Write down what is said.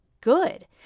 Good